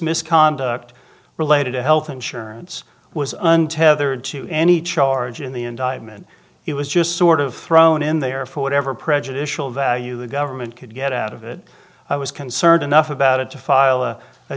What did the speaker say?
misconduct related to health insurance was untethered to any charge in the indictment he was just sort of thrown in there for whatever prejudicial value the government could get out of it i was concerned enough about it to file a